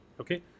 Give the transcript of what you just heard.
okay